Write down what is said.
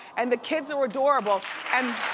and the kids are adorable and.